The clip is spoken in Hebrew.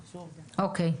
אוקי.